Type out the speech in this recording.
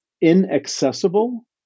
inaccessible